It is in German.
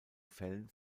fällen